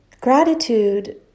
Gratitude